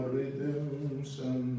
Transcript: redemption